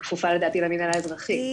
היא כפופה לדעתי למנהל האזרחי,